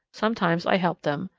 sometimes i helped them,